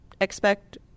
expect